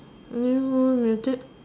!aiyo! like that